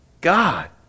God